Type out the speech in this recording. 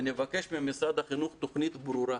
ונבקש ממשרד החינוך תוכנית ברורה